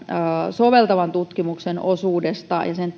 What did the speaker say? soveltavan tutkimuksen osuutta ja sen